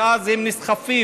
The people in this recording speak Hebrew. ואז הם נסחפים.